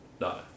no